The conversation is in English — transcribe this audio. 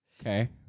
okay